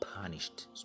punished